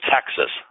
Texas